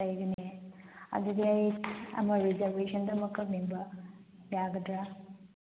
ꯂꯩꯒꯅꯤ ꯑꯗꯨꯗꯤ ꯑꯩ ꯑꯃ ꯔꯤꯖꯥꯔꯕꯦꯁꯟꯗ ꯑꯃ ꯀꯛꯅꯤꯡꯕ ꯌꯥꯒꯗ꯭ꯔꯥ